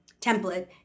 template